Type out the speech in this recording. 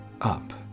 up